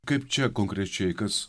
kaip čia konkrečiai kas